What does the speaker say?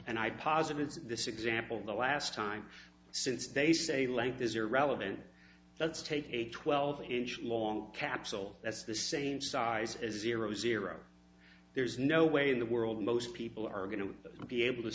and i posited this example the last time since they say length is irrelevant let's take a twelve inch long capsule that's the same size as zero zero there's no way in the world most people are going to be able to